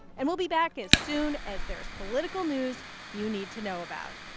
and we'll be back as soon as there's political news you need to know about.